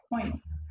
points